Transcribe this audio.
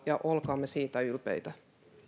ja olkaamme siitä ylpeitä